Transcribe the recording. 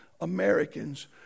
Americans